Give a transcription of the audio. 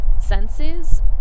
senses